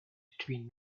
between